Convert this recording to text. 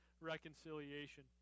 reconciliation